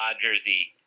jersey